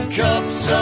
cups